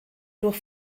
durch